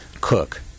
cook